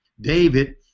David